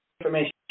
information